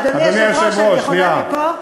אדוני היושב-ראש, אני יכולה מפה?